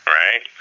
right